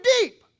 deep